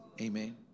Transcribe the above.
Amen